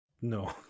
No